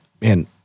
man